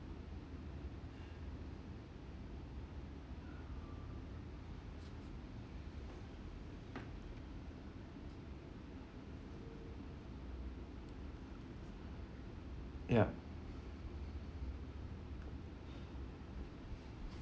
ya